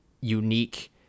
unique